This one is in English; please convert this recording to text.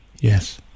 yes